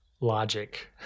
logic